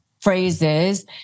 phrases